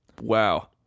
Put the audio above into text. Wow